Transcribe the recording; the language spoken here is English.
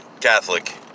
Catholic